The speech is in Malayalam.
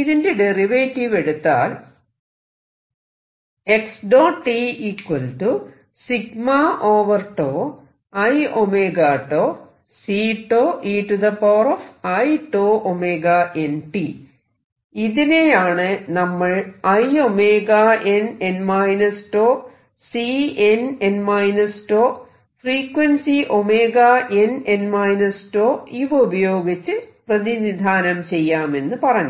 ഇതിന്റെ ഡെറിവേറ്റീവ് എടുത്താൽ ഇതിനെയാണ് നമ്മൾ inn τCnn τ ഫ്രീക്വൻസി nn τ ഇവ ഉപയോഗിച്ച് പ്രതിനിധാനം ചെയ്യാമെന്ന് പറഞ്ഞത്